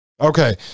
Okay